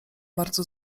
bardzo